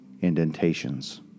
indentations